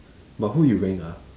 but who you rank ah